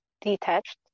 detached